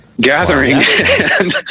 gathering